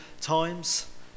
times